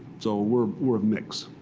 so we're we're mix.